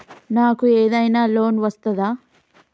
నాకు ఏదైనా లోన్ వస్తదా?